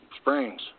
Springs